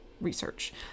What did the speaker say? research